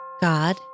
God